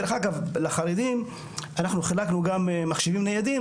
דרך אגב, לחרדים אנחנו חילקנו גם מחשבים ניידים.